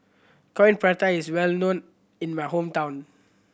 Coin Prata is well known in my hometown